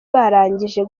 barangije